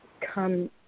come